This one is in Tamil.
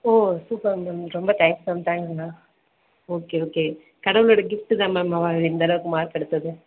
ஓ சூப்பர் மேம் ரொம்ப thanks ma'am thanks ma'am okay okay கடவுளோட கிஃப்ட்டு தான் மேம் அவள் இந்த அளவுக்கு மார்க் எடுத்தது